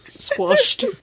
Squashed